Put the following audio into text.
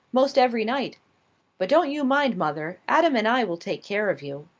most every night but don't you mind, mother, adam and i will take care of you.